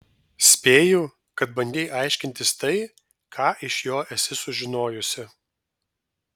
spėju kad bandei aiškintis tai ką iš jo esi sužinojusi